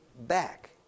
back